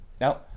Now